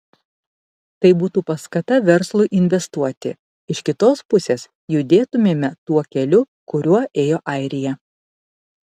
tai būtų paskata verslui investuoti iš kitos pusės judėtumėme tuo keliu kuriuo ėjo airija